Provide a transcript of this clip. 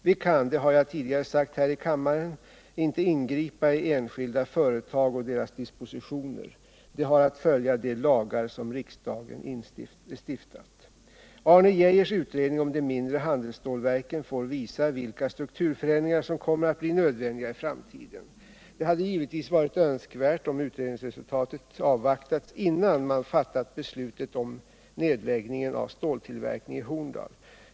Vi kan — det har jag tidigare sagt här i kammaren — inte ingripa i enskilda företag och deras dispositioner. De har att följa de lagar som riksdagen stiftat. Arne Geijers utredning om de mindre handelsstålverken får visa vilka strukturförändringar som kommer att bli nödvändiga i framtiden. Det hade givetvis varit önskvärt om utredningsresultatet avvaktats innan man fattat beslutet om nedläggningen av ståltillverkningen i Horndal.